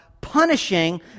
punishing